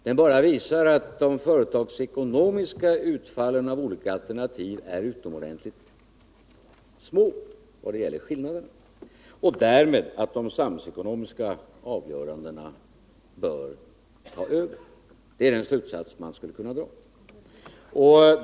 Den visar bara att skillnaderna mellan de företagsekonomiska utfallen av olika alternativ är utomordentligt små och därmed att de samhällsekonomiska avgörandena bör ta över. Det är den slutsats man skulle kunna dra.